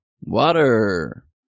Water